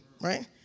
right